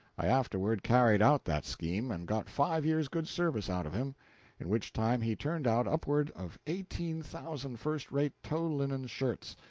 i afterward carried out that scheme, and got five years' good service out of him in which time he turned out upward of eighteen thousand first-rate tow-linen shirts,